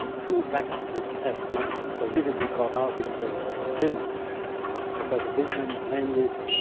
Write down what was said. two facts which have been so vividly brought out in the film of professor friedman namely,